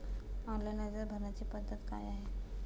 Online अर्ज भरण्याची पद्धत काय आहे?